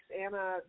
Anna